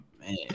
man